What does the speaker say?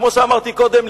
כמו שאמרתי קודם,